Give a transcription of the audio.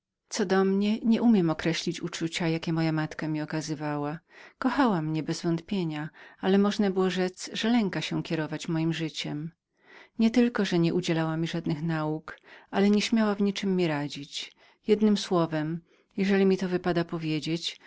co do mnie nie umiem oznaczyć uczucia jakie moja matka mi okazywała kochała mnie bez wątpienia ale można było rzec że lękała się mieszać do mego przeznaczenia nie tylko że nie udzielała mi żadnych nauk ale nie śmiała w niczem mi radzić być może że